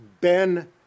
Ben